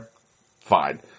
Fine